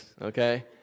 okay